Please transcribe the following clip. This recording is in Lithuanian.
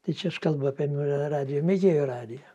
tai čia aš kalbu apie radijo mėgėjų radiją